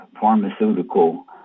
pharmaceutical